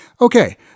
Okay